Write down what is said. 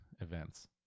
events